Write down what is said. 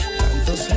tantos